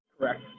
Correct